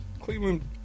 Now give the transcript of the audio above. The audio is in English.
Cleveland